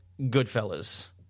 Goodfellas